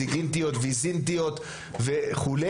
סיגיניטיות ויזינטיות וכו',